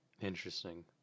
Interesting